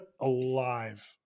alive